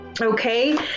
okay